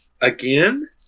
Again